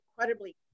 incredibly